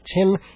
Tim